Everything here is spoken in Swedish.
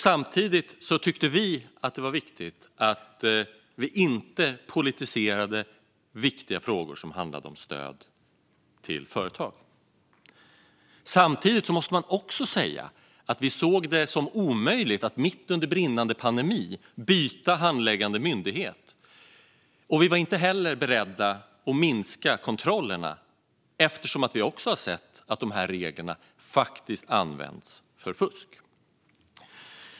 Samtidigt tyckte vi att det var viktigt att inte politisera viktiga frågor om stöd till företag. Det måste dock sägas att vi såg det som omöjligt att mitt under brinnande pandemi byta handläggande myndighet. Vi var inte heller beredda att minska kontrollerna, eftersom vi också har sett att dessa regler faktiskt används för fusk.